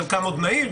חלקן עוד נעיר,